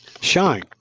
shine